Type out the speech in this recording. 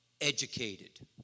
educated